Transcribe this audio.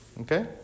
Okay